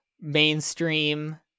mainstream